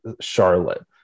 Charlotte